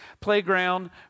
playground